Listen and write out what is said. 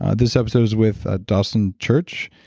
ah this episode was with ah dawson church.